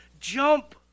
Jump